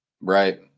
Right